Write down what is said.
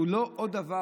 שהוא לא עוד דבר.